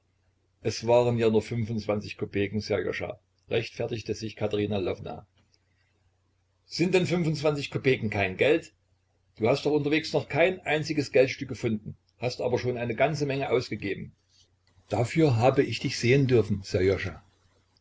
es waren ja nur fünfundzwanzig kopeken sserjoscha rechtfertigte sich katerina lwowna sind denn fünfundzwanzig kopeken kein geld du hast doch unterwegs noch kein einziges geldstück gefunden hast aber schon eine ganze menge ausgegeben dafür habe ich dich sehen dürfen